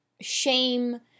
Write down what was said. shame